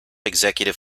executive